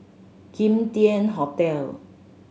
Kim Tian Hotel